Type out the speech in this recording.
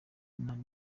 nari